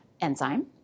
enzyme